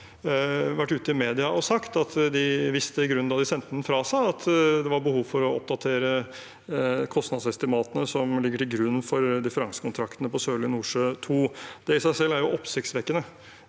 de visste i grunnen da de sendte den fra seg, at det var behov for å oppdatere kostnadsestimatene som ligger til grunn for differansekontraktene på Sørlige Nordsjø II. Det i seg selv er jo oppsiktsvekkende,